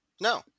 No